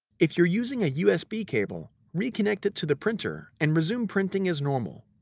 if you're using a usb cable, reconnect it to the printer and resume printing as normal.